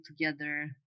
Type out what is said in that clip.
together